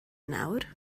nawr